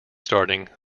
starting